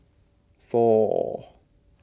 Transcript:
four